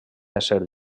ésser